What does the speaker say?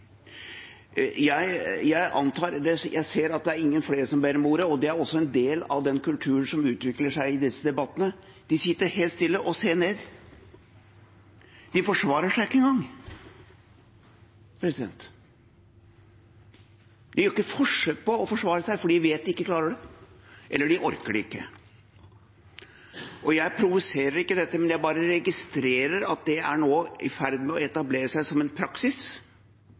Jeg ser at ingen flere ber om ordet, og det er også en del av den kulturen som utvikler seg i disse debattene. De sitter helt stille og ser ned. De forsvarer seg ikke engang. De gjør ikke noe forsøk på å forsvare seg, for de vet at de ikke klarer det, eller de orker det ikke. Jeg provoserer ikke, jeg bare registrerer at det er nå i ferd med å etablere seg som en praksis